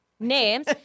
Names